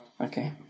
Okay